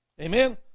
Amen